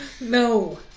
No